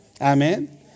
Amen